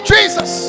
Jesus